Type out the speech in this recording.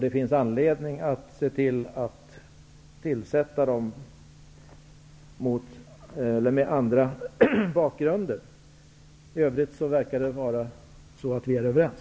Det finns anledning att tillsätta styrelsemedlemmar med annan bakgrund. I övrigt verkar vi vara överens.